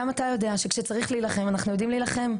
גם אתה יודע שכשצריך להילחם אנחנו יודעים להילחם,